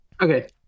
Okay